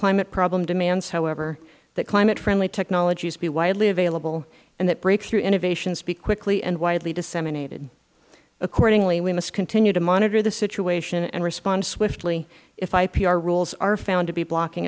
climate problem demands however that climate friendly technologies be widely available and that breakthrough innovations be quickly and widely disseminated accordingly we must continue to monitor the situation and respond swiftly if ipr rules are found to be blocking